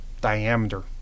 diameter